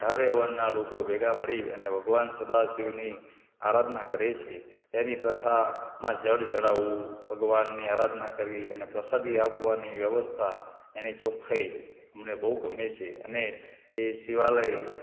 અઢારે વર્ણના લોકો ભેગા મળી અને ભગવાન સદા શિવની આરાધના કરે છે તેની પ્રથામાં જળ ચઢાવવું ભગવાનની આરાધના કરવી અને પ્રસાદી આપવાની વ્યવસ્થા એની ચોખ્ખાઈ અમને બહુ ગમે છે અને એ શિવાલય